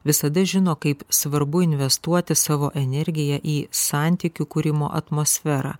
visada žino kaip svarbu investuoti savo energiją į santykių kūrimo atmosferą